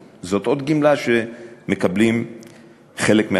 זאת עוד גמלה שמקבלים חלק מהנכים,